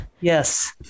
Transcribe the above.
Yes